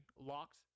locked